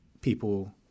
people